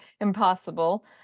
impossible